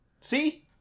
See